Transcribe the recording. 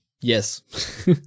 yes